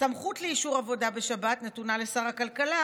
הסמכות לאישור עבודה בשבת נתונה לשר הכלכלה,